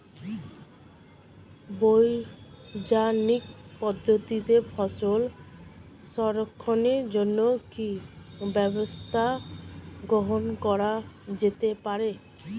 বৈজ্ঞানিক পদ্ধতিতে ফসল সংরক্ষণের জন্য কি ব্যবস্থা গ্রহণ করা যেতে পারে?